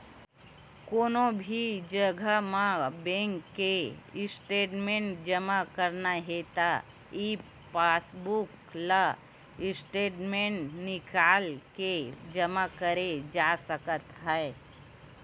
कोनो भी जघा म बेंक के स्टेटमेंट जमा करना हे त ई पासबूक ले स्टेटमेंट निकाल के जमा करे जा सकत हे